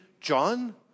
John